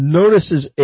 notices